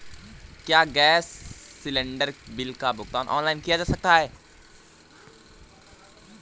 क्या gas cylinder bill का भुगतान ऑनलाइन किया जा सकता है?